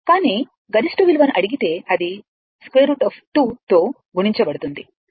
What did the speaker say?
కానీ గరిష్ట విలువను అడిగితే అది √2 తో గుణించబడుతుంది